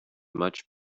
much